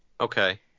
Okay